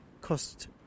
cost